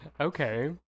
okay